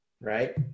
right